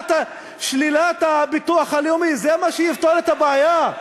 ששלילת הביטוח הלאומי זה מה שיפתור את הבעיה?